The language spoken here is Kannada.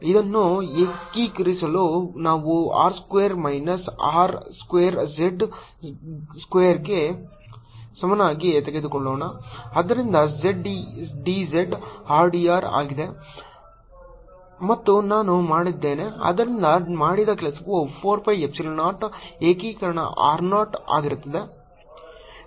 ಇದನ್ನು ಏಕೀಕರಿಸಲು ನಾವು r square minus r square z ಸ್ಕ್ವೇರ್ಗೆ ಸಮನಾಗಿ ತೆಗೆದುಕೊಳ್ಳೋಣ ಆದ್ದರಿಂದ zdz rdr ಆಗಿದೆ ಮತ್ತು ನಾನು ಮಾಡಿದ್ದೇನೆ ಆದ್ದರಿಂದ ಮಾಡಿದ ಕೆಲಸವು 4 pi ಎಪ್ಸಿಲಾನ್ 0 ಏಕೀಕರಣ r 0 ಆಗಿರುತ್ತದೆ